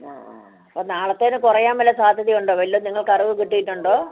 ആ ആ ആ അപ്പോൾ നാളത്തേന് കുറയാൻ വല്ല സാധ്യത ഉണ്ടോ വല്ലോം നിങ്ങൾക്ക് അറിവ് കിട്ടീട്ട് ഉണ്ടോ